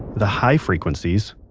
the high frequencies,